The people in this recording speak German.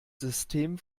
system